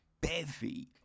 bevy